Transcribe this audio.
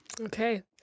Okay